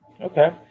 Okay